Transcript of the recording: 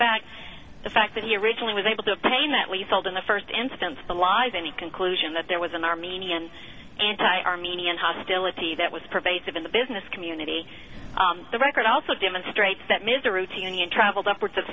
fact the fact that he originally was able to obtain that we sold in the first instance the lies in the conclusion that there was an armenian anti armenian hostility that was pervasive in the business community the record also demonstrates that misery to union travelled upwards of